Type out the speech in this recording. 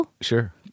Sure